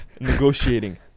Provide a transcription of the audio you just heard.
Negotiating